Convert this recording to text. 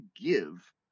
give